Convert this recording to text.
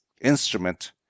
Instrument